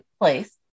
place